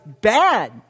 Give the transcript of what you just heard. bad